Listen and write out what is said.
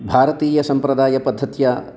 भारतीयः सम्प्रदायपद्धत्या